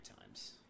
times